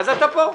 אז אתה פה.